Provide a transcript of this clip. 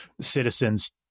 citizens